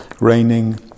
raining